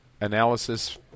analysis